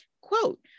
quote